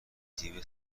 دیو